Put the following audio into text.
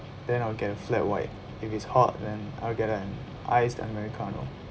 then I'll get a flat white if it's hot then I'll get an iced americano